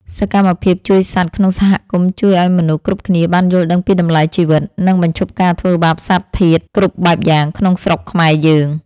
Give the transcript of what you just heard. សកម្មភាពជួយសត្វក្នុងសហគមន៍ជួយឱ្យមនុស្សគ្រប់គ្នាបានយល់ដឹងពីតម្លៃជីវិត និង បញ្ឈប់ការធ្វើបាបសត្វធាតុគ្រប់បែបយ៉ាងក្នុងស្រុកខ្មែរយើង។